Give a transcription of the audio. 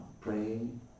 praying